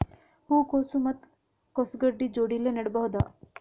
ಹೂ ಕೊಸು ಮತ್ ಕೊಸ ಗಡ್ಡಿ ಜೋಡಿಲ್ಲೆ ನೇಡಬಹ್ದ?